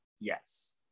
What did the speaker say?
Yes